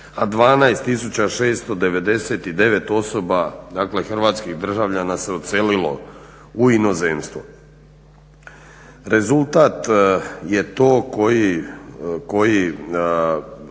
a 12699 osoba dakle hrvatskih državljana se odselilo u inozemstvo. Rezultat je to koji